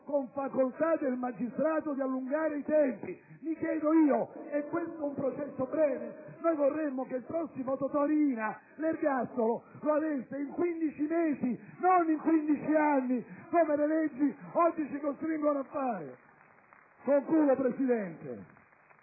con facoltà del magistrato di allungare i tempi. Mi chiedo io: è questo un processo breve? Noi vorremmo che il prossimo Totò Riina l'ergastolo lo avesse in 15 mesi, non in 15 anni come le leggi oggi ci costringono a fare. *(Applausi